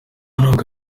nubwo